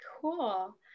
Cool